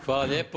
Hvala lijepo.